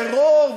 טרור,